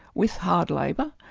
with hard labour,